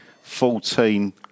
fourteen